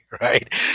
right